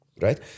right